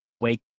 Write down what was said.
Wake